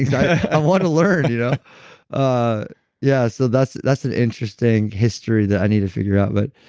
i want to learn you know ah yeah so that's that's an interesting history that i need to figure out but